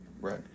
right